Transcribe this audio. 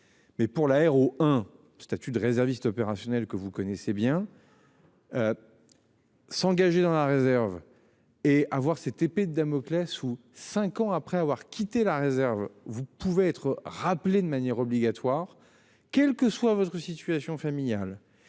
Mais pour la R O un statut de réserviste opérationnel que vous connaissez bien. S'engager dans la réserve. Et avoir cette épée de Damoclès ou 5 ans après avoir quitté la réserve. Vous pouvez être rappelé de manière obligatoire. Quelle que soit parce que situation familiale.